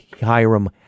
Hiram